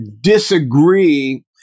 disagree